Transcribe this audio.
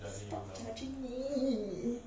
stop judging me